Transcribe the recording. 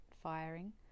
firing